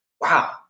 wow